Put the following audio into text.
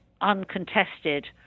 Uncontested